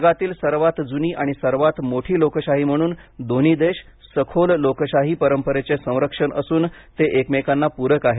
जगातील सर्वात जुनी आणि सर्वात मोठी लोकशाही म्हणून दोन्ही देश सखोल लोकशाही परंपरेचे संरक्षक असून ते एकमेकांना पूरक आहेत